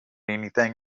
anything